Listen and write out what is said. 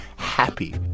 Happy